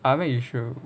I mean you should